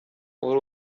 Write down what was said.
uri